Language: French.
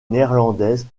néerlandaises